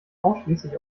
ausschließlich